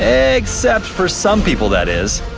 ah except for some people, that is.